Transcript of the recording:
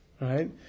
right